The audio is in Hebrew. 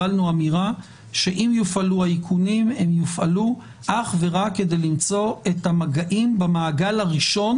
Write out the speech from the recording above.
שאם יופעלו האיכונים הם יופעלו אך ורק כדי למצוא את המגעים במעגל הראשון